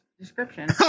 Description